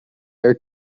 air